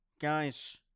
Guys